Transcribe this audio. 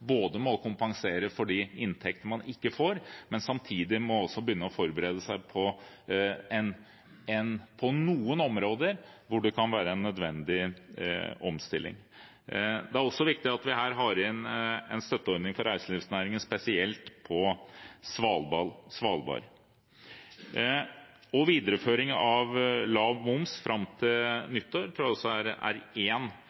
må kompensere for de inntektene man ikke får, men samtidig må man begynne å forberede seg på noen områder hvor det kan være en nødvendig omstilling. Det er også her viktig at vi har en støtteordning spesielt for reiselivsnæringen på Svalbard. Videreføring av lav moms fram til